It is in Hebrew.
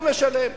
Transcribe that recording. והוא משלם,